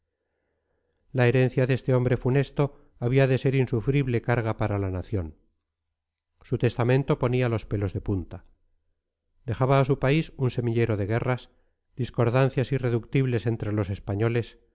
la herencia de este hombre funesto había de ser insufrible carga para la nación su testamento ponía los pelos de punta dejaba a su país un semillero de guerras discordancias irreductibles entre los españoles